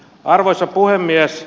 arvoisa puhemies